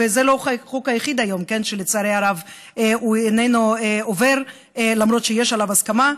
וזה לא החוק היחיד היום שלצערי הרב איננו עובר למרות שיש עליו הסכמה.